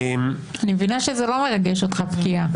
אני מבינה שזה לא מרגש אותך פגיעה.